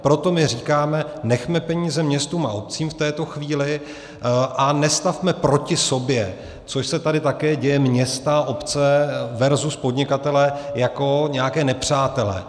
Proto my říkáme: nechme peníze městům a obcím v této chvíli a nestavme proti sobě což se tady také děje města, obce versus podnikatelé jako nějaké nepřátele.